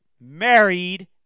Married